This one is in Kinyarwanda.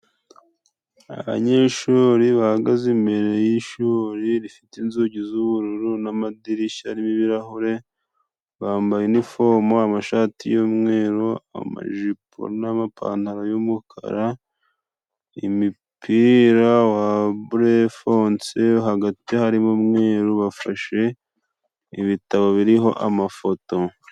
Abanyeshuri bahagaze imbere y'ishuri, rifite inzugi z'ubururu, n'amadirishya n'ibirahure, bambaye inifomu amashati y'umweru, amajipo n'amapantaro y'umukara, imipira wa burefonse, hagati harimo umweru, bafashe ibitabo biriho amafoto.